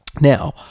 now